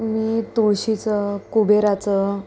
मी तुळशीचं कुबेराचं